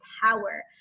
power